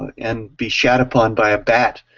and be shat upon by a bat,